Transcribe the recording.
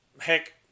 heck